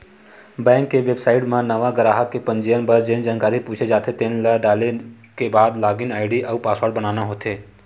bank के website म नवा गराहक के पंजीयन बर जेन जानकारी पूछे जाथे तेन ल डाले के बाद लॉगिन आईडी अउ पासवर्ड बनाना होथे